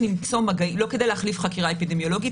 לא כדי להחליף חקירה אפידמיולוגית.